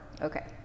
Okay